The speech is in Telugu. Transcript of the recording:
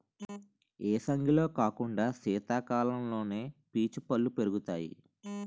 ఏసంగిలో కాకుండా సీతకాలంలోనే పీచు పల్లు పెరుగుతాయి